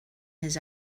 his